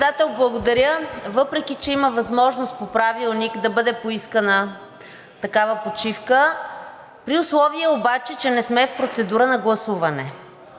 Председател, благодаря. Въпреки че има възможност по Правилник да бъде поискана такава почивка, при условие обаче че не сме в процедура на гласуване.